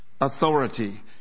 authority